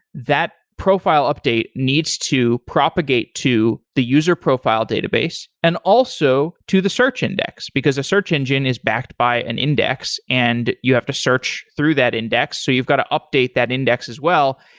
that profile update needs to propagate to the user profile database and also to the search index, because a search engine is backed by an index and you have to search through that index. so you've got to update that index as well.